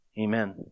Amen